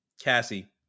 cassie